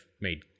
made